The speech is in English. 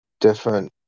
different